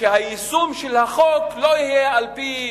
והיישום של החוק לא יהיה על-פי